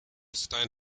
stein